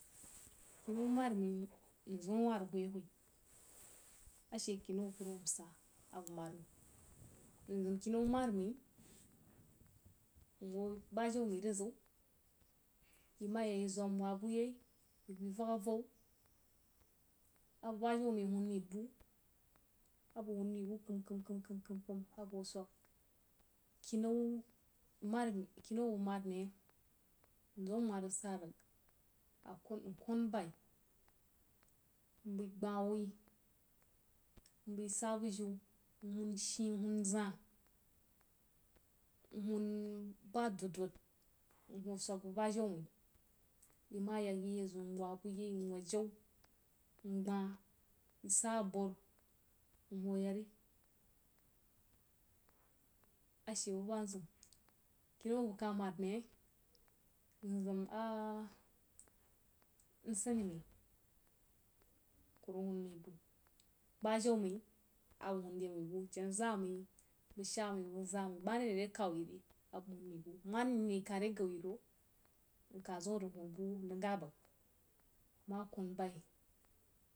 Kinnau man mai nzəm a wah rig whoi-whoi, ashe kinay a kurman sa abəg məd wuh mim kinau re mai nhwo ba jau mai rig ziu, yi ma yəg i zwam wah bu yei nbai vəg avhou, abajau mai huwun mai buu a bəg huwun mai bu kəm-kəm, kəm-kəm, abəg hwo swəg, kini nu man̄ mai, kunnau a bəg mad mai yei nzim nma rig sa rig nkwan bai, mbai gbah wui, mbai sa bijiu, nhuon shií, nhuwon zaí, nhuon ba dod-dod mhwo swəg bəjau mai yi ma yəg yi ya zwan nwa ba yei nwad jau, ngbah wui, nsa aburu nhwo yəg ri ashe buba nzəm, kinnau abəg ka mad mai yei nzəm a nsane mai ku rig hwon mai bu, bajau mai a bəg hwon re mai bu jenna zan mai bəg shan mai bəg zaa mai manene re kau yi re a bəg hwon mai bu manene ta re gau yorho nka zəm nrig hwon be nrig gab bəg nma kon bai.